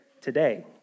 today